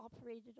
operated